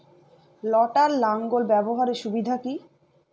লটার লাঙ্গল ব্যবহারের সুবিধা কি?